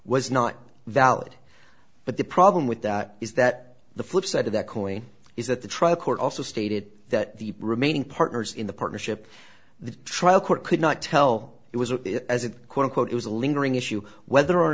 was not valid but the problem with that is that the flip side of that coin is that the trial court also stated that the remaining partners in the partnership the trial court could not tell it was a corner quote it was a lingering issue whether or